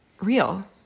real